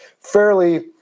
fairly